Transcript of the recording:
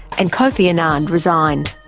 and kofi annan resigned.